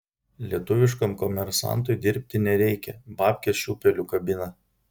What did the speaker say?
lietuviškam komersantui dirbti nereikia babkes šiūpeliu kabina